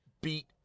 beat